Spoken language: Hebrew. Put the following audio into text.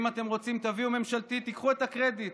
אם אתם רוצים תביאו ממשלתית ותיקחו את הקרדיט,